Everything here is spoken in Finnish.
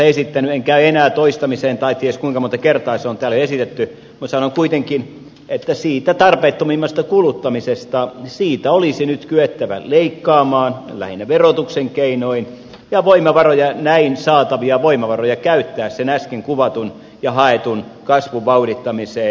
en käy sitä enää toistamiseen esittämään tai ties kuinka monta kertaa se on täällä jo esitetty mutta sanon kuitenkin että siitä tarpeettomimmasta kuluttamisesta olisi nyt kyettävä leikkaamaan lähinnä verotuksen keinoin ja näin saatavia voimavaroja tulisi käyttää sen äsken kuvatun ja haetun kasvun vauhdittamiseen